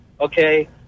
okay